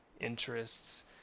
interests